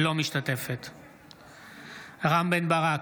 אינה משתתפת בהצבעה רם בן ברק,